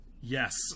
Yes